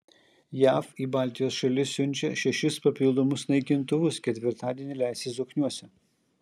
jav į baltijos šalis siunčia šešis papildomus naikintuvus ketvirtadienį leisis zokniuose